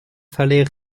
fallait